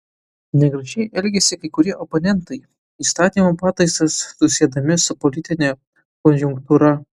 negražiai elgiasi kai kurie oponentai įstatymo pataisas susiedami su politine konjunktūra